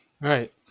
Right